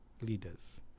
leaders